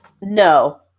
No